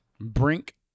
brink